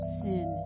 sin